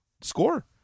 score